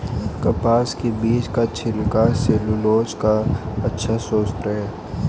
कपास के बीज का छिलका सैलूलोज का अच्छा स्रोत है